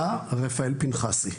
היה רפאל פנחסי.